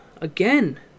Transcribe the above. Again